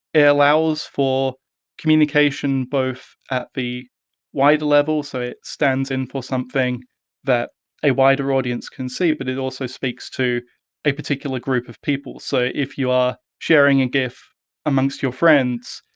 it allows for communication both at the wider level, so it stands in for something that a wider audience can see but it also speaks to a particular group of people. so if you are sharing a gif amongst your friends,